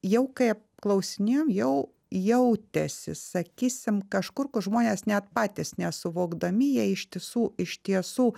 jau kaip apklausinėjom jau jautėsi sakysim kažkur kur žmonės net patys nesuvokdami jie iš tiesų iš tiesų